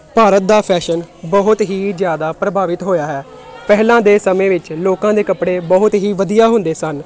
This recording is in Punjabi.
ਭਾਰਤ ਦਾ ਫ਼ੈਸ਼ਨ ਬਹੁਤ ਹੀ ਜ਼ਿਆਦਾ ਪ੍ਰਭਾਵਿਤ ਹੋਇਆ ਹੈ ਪਹਿਲਾਂ ਦੇ ਸਮੇਂ ਵਿੱਚ ਲੋਕਾਂ ਦੇ ਕੱਪੜੇ ਬਹੁਤ ਹੀ ਵਧੀਆ ਹੁੰਦੇ ਸਨ